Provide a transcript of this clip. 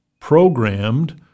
programmed